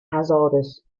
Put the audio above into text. hazardous